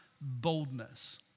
boldness